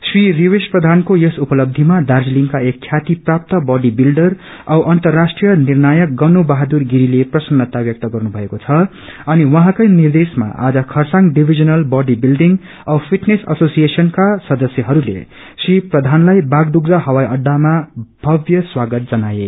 श्री रिवेश प्रधानको यस उपलब्धिमा दार्जीलिङका एक ख्यातिप्राप्त बडीविल्डर औ अर्न्तराष्ट्रिय निर्णायक गनु बहादुर गिरीले प्रसन्नता व्यक्त गनफ थएको छ अनि उहाँकै निर्देशमा आज खरसाङ डिविजनल बडी बिल्डिङ औ फिटनेस एसोसिएशनका सदस्यहरूले श्री प्रधानलाई बाघडुग्रा हवाइअहामा भव्य स्वागत जनाए